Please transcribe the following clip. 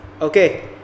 Okay